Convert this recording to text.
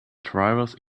drivers